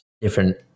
different